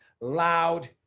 loud